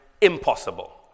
impossible